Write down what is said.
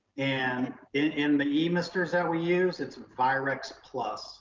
and in the emisters that we use it's virex plus